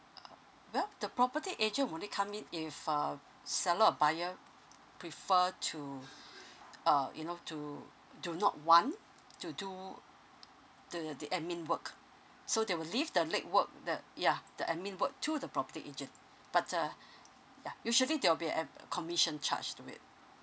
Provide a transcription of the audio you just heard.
uh well the property agent will only come in if uh seller or buyer prefer to uh you know to do not want to do the the admin work so they will lift the leg work the yeah the admin work to the property agent but uh yeah usually they will be ab~ commission charged with